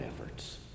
efforts